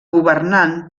governant